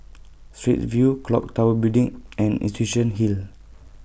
Straits View Clock Tower Building and Institution Hill